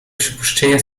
przypuszczenia